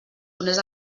donés